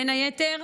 בין היתר,